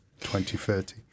2030